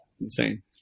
insane